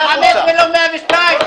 החוצה.